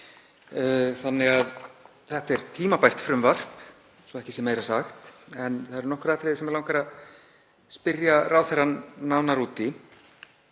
landi. Þetta er því tímabært frumvarp, svo ekki sé meira sagt, en það eru nokkur atriði sem mig langar að spyrja ráðherra nánar út